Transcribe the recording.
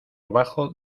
bajo